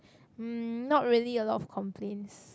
hmm not really a lot of complaints